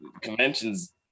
conventions